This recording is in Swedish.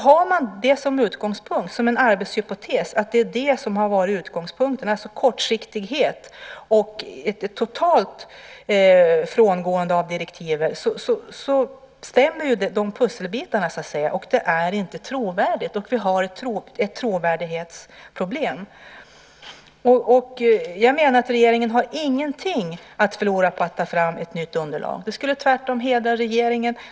Har man det som utgångspunkt och som arbetshypotes, alltså kortsiktighet och totalt frångående från direktiven, stämmer pusselbitarna. Men det är inte trovärdigt. Vi har ett trovärdighetsproblem. Regeringen har ingenting att förlora på att ta fram ett nytt underlag. Det skulle tvärtom hedra regeringen.